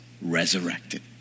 resurrected